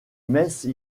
messe